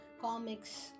comics